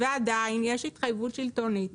עדיין יש התחייבות שלטונית